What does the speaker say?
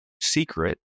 secret